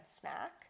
snack